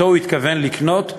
שהוא התכוון לקנות,